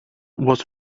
was